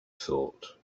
thought